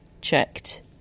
checked